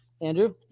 Andrew